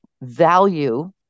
value